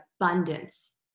abundance